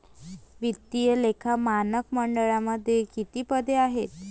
वित्तीय लेखा मानक मंडळामध्ये किती पदे आहेत?